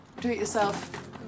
do-it-yourself